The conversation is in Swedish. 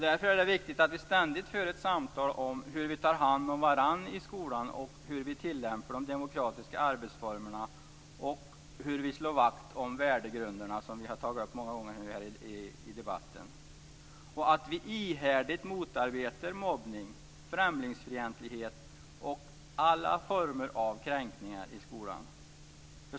Därför är det viktigt att vi ständigt för ett samtal om hur man tar hand om varandra i skolan, om hur de demokratiska arbetsformerna tillämpas och om hur vi slår vakt om värdegrunderna - något som tagits upp många gånger här i debatten. Vidare gäller det att ihärdigt motarbeta mobbning, främlingsfientlighet och alla former av kränkningar i skolan.